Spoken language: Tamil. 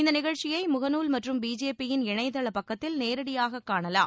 இந்த நிகழ்ச்சியை முகநூல் மற்றும் பிஜேபியின் இணையதள பக்கத்தில் நேரடியாக காணலாம்